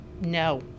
No